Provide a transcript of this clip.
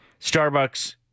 Starbucks